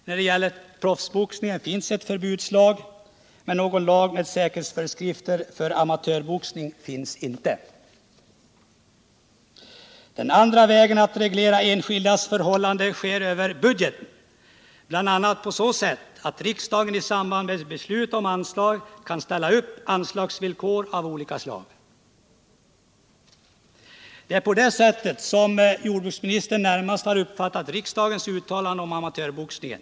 När det t.ex. gäller proffsboxning finns en förbudslag, men någon lag med säkerhetsföreskrifter för amatörboxning finns inte. Den andra vägen att reglera enskildas förhållanden går över budgeten, bl.a. på så sätt att riksdagen i samband med beslut om anslag kan ställa upp anslagsvillkor av olika slag. Det är på så sätt som jordbruksministern närmast har uppfattat riksdagens uttalanden om amatörboxningen.